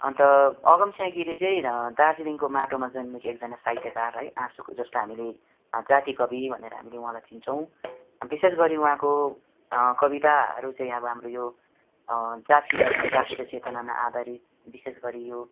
अन्त अगमसिंह गिरी चाहिँं दार्जिलिङको माटोमा जन्मिएको एकजना साहित्यकार है आँसुको जस्तै हामीले जाति कवि भनेर हामीले उहाँलाई चिन्छौँ अनि विशेष गरी उहाँको कविताहरू चाहिँ अब हाम्रो यो जातीय र नि राष्ट्रिय चेतनामा आधारित विशेष गरी यो